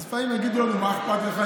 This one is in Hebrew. אז לפעמים יגידו לנו: מה אכפת לך?